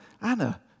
Anna